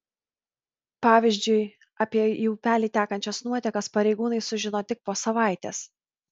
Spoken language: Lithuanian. pavyzdžiui apie į upelį tekančias nuotekas pareigūnai sužino tik po savaitės